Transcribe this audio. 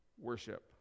worship